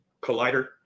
collider